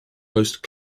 most